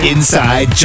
Inside